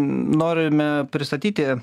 norime pristatyti